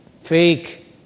fake